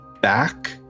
back